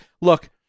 look